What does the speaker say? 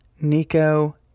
Nico